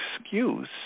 excuse